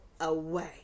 away